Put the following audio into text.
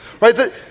right